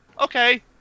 Okay